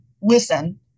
listen